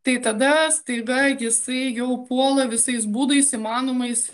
tai tada staiga jisai jau puola visais būdais įmanomais